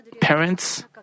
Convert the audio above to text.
parents